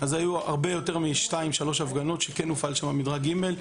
היו הרבה יותר משתיים או שלוש הפגנות שכן הופעל בהן מדרג ג'.